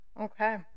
Okay